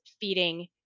feeding